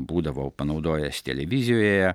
būdavau panaudojęs televizijoje